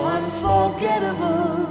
unforgettable